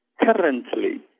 currently